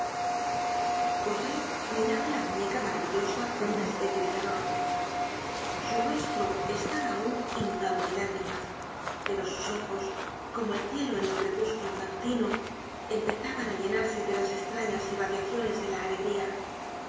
miraba la muñeca maravillosa cón ma especie de terrorrsu rostro estaba aun inundado de lágrimás pero süsojos como el iete en el'crepúsculo matutino empezaban á llenarse de las estrañas irradiaciones de la alegría